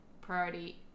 priority